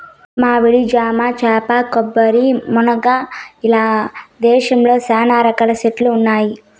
మామిడి, జామ, వేప, కొబ్బరి, మునగ ఇలా దేశంలో చానా రకాల చెట్లు ఉన్నాయి